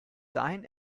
dahin